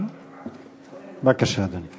בבקשה, אדוני.